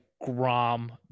grom